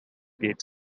gate